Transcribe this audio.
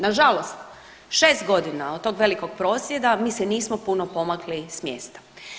Nažalost 6.g. od tog velikog prosvjeda mi se nismo puno pomakli s mjesta.